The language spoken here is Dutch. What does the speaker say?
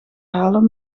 halen